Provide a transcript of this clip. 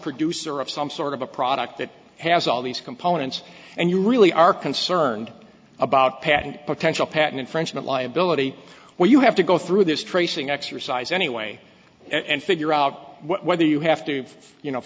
producer of some sort of a product that has all these components and you really are concerned about patent potential patent infringement liability well you have to go through this tracing exercise anyway and figure out whether you have to you know